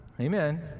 Amen